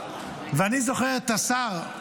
ואני זוכר את השר,